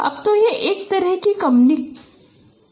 अब तो यह एक तरह की कम्प्यूटेशनल समस्या है